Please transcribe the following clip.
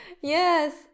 yes